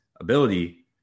ability